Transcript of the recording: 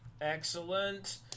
Excellent